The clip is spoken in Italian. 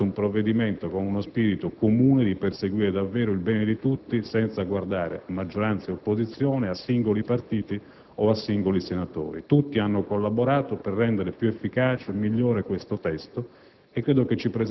Abbiamo redatto un provvedimento con lo spirito comune di perseguire davvero il bene di tutti senza guardare a maggioranza o a opposizione, a singoli partiti o a singoli senatori. Tutti hanno collaborato per rendere più efficace e migliore il testo.